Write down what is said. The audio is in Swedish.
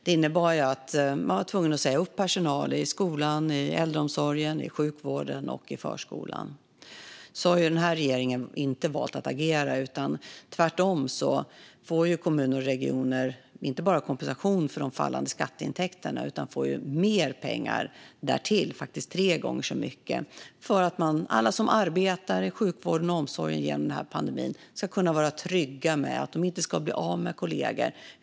Det innebar att de var tvungna att säga upp personal i skolan, äldreomsorgen, sjukvården och förskolan. Den här regeringen har valt att inte agera på det sättet. Tvärtom får kommuner och regioner inte bara kompensation för de fallande skatteintäkterna utan mer pengar därtill - faktiskt tre gånger så mycket - för att alla som under den här pandemin arbetar i sjukvården och omsorgen ska kunna vara trygga med att inte behöva bli av med kollegor.